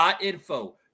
.info